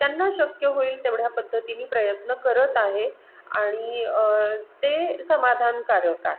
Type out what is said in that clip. त्यांना शक्य होईल तेवढ्या पद्धतीने प्रयत्न करत आहे आणि ते समाधानकारक आहे